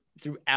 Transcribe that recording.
throughout